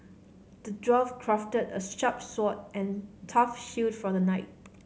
the dwarf crafted a sword and a tough shield for the knight